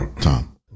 Tom